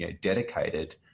dedicated